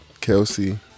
Kelsey